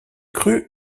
cru